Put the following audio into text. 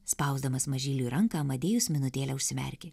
spausdamas mažyliui ranką amadėjus minutėlę užsimerkė